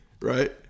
Right